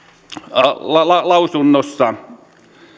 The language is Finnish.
lausunnossa